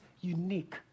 unique